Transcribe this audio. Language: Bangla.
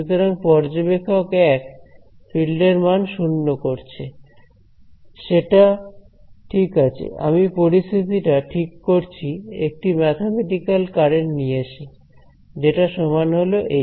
সুতরাং পর্যবেক্ষক 1 ফিল্ড এর মান 0 করছে সেটা ঠিক আছে আমি পরিস্থিতি টা ঠিক করছি একটি ম্যাথমেটিকাল কারেন্ট নিয়ে এসে যেটা সমান হল এই